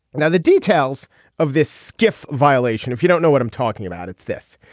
now the details of this skiff violation if you don't know what i'm talking about it's this.